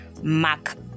Mac